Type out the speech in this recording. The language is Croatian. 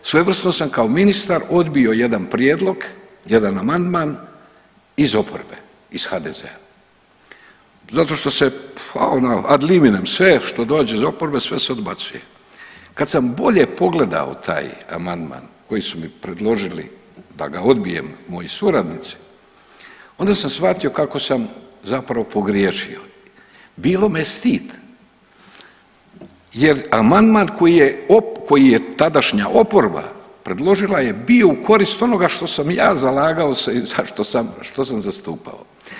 Svojevrsno sam kao ministar odbio jedan prijedlog, jedan amandman iz oporbe iz HDZ-a, zato što se pa ono ad limine, sve što dođe iz oporbe sve se odbacuje, kad sam bolje pogledao taj amandman koji su mi predložili da ga odbijem moji suradnici onda sam shvatio kako sam zapravo pogriješio, bilo je stid jer amandman koji je tadašnja oporba predložila je bio u koristi onoga što sam ja zalagao se i za što sam, što sam zastupao.